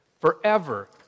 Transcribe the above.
forever